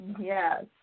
Yes